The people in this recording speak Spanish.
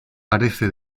parece